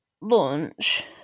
launch